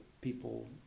people